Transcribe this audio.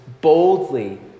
boldly